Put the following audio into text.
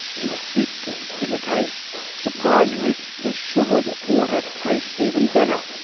and a bit of bitter taste surprisingly, the sugared water tastes even better!